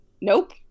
Nope